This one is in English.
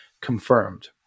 confirmed